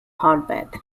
hotbed